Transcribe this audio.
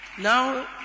now